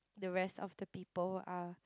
the rest of the people are